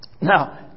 Now